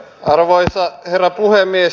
arvoisa herra puhemies